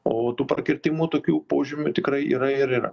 o tų prakirtimų tokių požymių tikrai yra ir yra